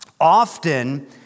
Often